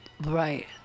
Right